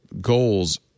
goals